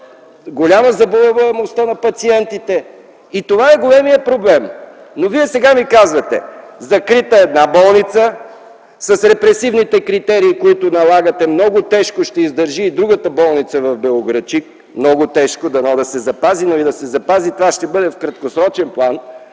голяма заболеваемостта на пациентите. И това е големият проблем. Сега Вие ми казвате: закрита е една болница. С репресивните критерии, които налагате, много трудно ще издържи и другата болница в Белоградчик. Много ще е тежко. Дано да се запази, но и да се запази това ще бъде в краткосрочен план.